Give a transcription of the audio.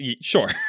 sure